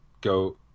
go